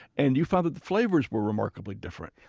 and you found that the flavors were remarkably different.